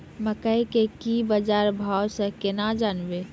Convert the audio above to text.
मकई के की बाजार भाव से केना जानवे?